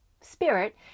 spirit